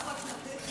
לפחות תן לשר לרדת.